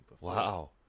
Wow